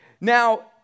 Now